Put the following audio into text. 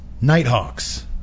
Nighthawks